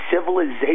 civilization